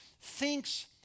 thinks